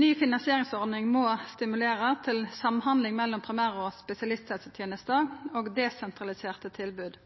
Ny finansieringsordning må stimulera til samhandling mellom primær- og spesialisthelsetenesta og desentraliserte tilbod.